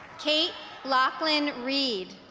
kate laughlin read